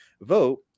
vote